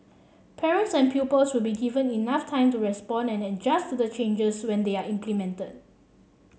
parents and pupils will be given enough time to respond and adjust to the changes when they are implemented